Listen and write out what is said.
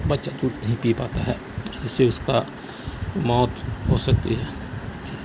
بچہ دودھ نہیں پی پاتا ہے جس سے اس کا موت ہو سکتی ہے